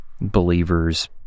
believers